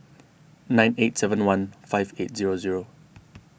nine eight seven one five eight zero zero